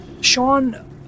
Sean